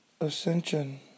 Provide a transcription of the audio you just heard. ascension